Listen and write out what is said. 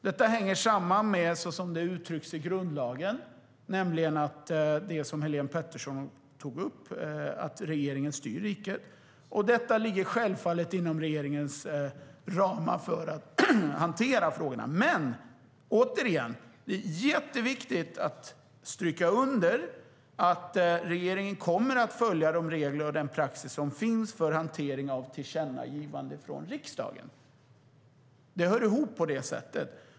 Detta hänger samman med det som uttrycks i grundlagen och som Helene Petersson tog upp, att regeringen styr riket. Detta ligger självfallet inom regeringens ramar för att hantera frågan. Återigen: Det är jätteviktigt att stryka under att regeringen kommer att följa de regler och den praxis som finns för hantering av tillkännagivanden från riksdagen. Det hör ihop på det sättet.